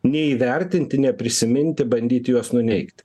neįvertinti neprisiminti bandyti juos nuneigti